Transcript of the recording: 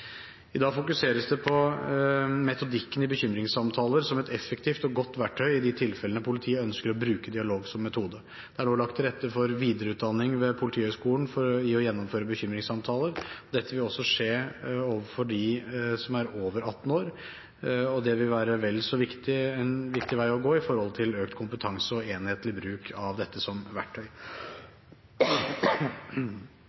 I dag fokuseres det på metodikken i bekymringssamtaler som et effektivt og godt verktøy i de tilfellene politiet ønsker å bruke dialog som metode. Det er nå lagt til rette for videreutdanning ved Politihøgskolen i å gjennomføre bekymringssamtaler. Dette vil også skje overfor dem som er over 18 år, og det vil være en vel så viktig vei å gå med hensyn til økt kompetanse og enhetlig bruk av dette som verktøy.